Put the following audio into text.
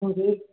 ਹਾਂਜੀ